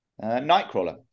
Nightcrawler